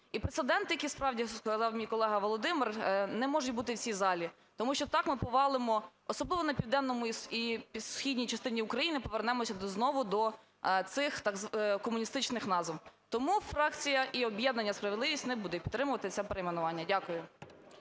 і прецедент, який справді сказав мій колега Володимир, не можуть бути в цій залі. Тому що так ми повалимо, особливо на південній і східній частині України, повернемося знову до цих комуністичних назв. Тому фракція і об'єднання "Справедливість" не буде підтримувати це перейменування. Дякую.